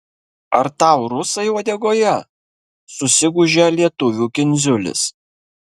ar tau rusai uodegoje susigūžia lietuvių kindziulis